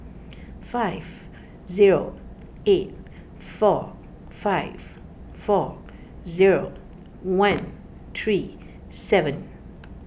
five zero eight four five four zero one three seven